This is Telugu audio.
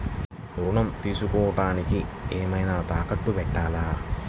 ఋణం తీసుకొనుటానికి ఏమైనా తాకట్టు పెట్టాలా?